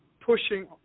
pushing